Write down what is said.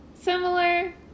similar